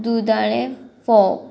दुदाणें फोव